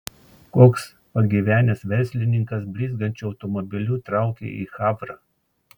koks pagyvenęs verslininkas blizgančiu automobiliu traukia į havrą